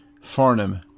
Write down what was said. Farnham